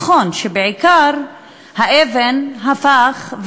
נכון שבעיקר האבן הפכה,